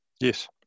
Yes